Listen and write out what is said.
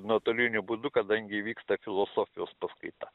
nuotoliniu būdu kadangi vyksta filosofijos paskaita